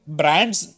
brands